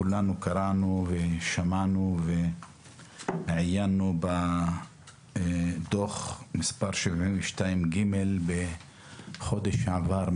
כולנו קראנו ושמענו ועיינו בדוח מס' 72ג' שפורסם בחודש שעבר,